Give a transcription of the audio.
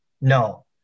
No